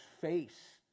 face